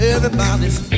Everybody's